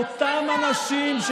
תתביישו לכם.